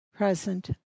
present